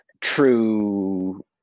true